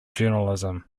journalism